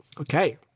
Okay